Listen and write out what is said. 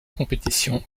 compétition